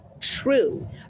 true